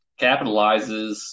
capitalizes